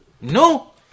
No